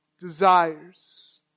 desires